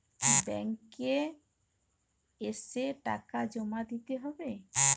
Bank এ এসে টাকা জমা দিতে হবে?